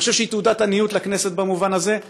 אני חושב שהיא תעודת עניות לכנסת במובן הזה.